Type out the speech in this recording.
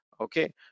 Okay